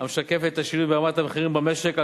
המשקפת את השינוי ברמת המחירים במשק,